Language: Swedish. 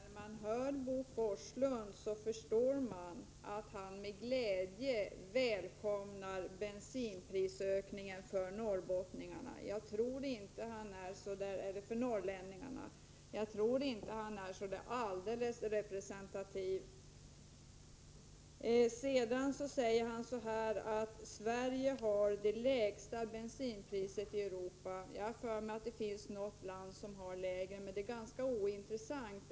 Herr talman! När man hör Bo Forslund förstår man att han med glädje välkomnar bensinprisökningen för norrlänningarna. Jag tror inte att han är alldeles representativ. Bo Forslund säger att Sverige har det lägsta bensinpriset i Europa. Jag har för mig att det finns något land som har lägre, men det är ganska ointressant.